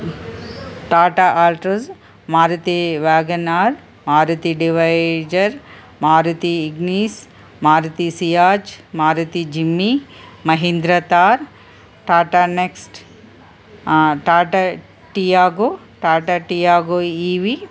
Tata Altroz Maruti Wagon R Maruti Dzire Maruti Ignis Maruti Ciaz Maruti Jimny Mahindra Thar Tata Nexon Tata Tiago Tata Tiago E V